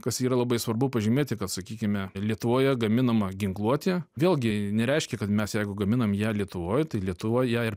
kas yra labai svarbu pažymėti kad sakykime lietuvoje gaminama ginkluotė vėlgi nereiškia kad mes jeigu gaminam ją lietuvoj tai lietuva ją ir